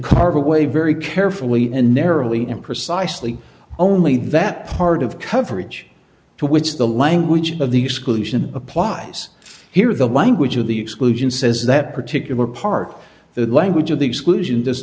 carve away very carefully and narrowly and precisely only that part of coverage to which the language of the exclusion applies here the language of the exclusion says that particular part the language of the exclusion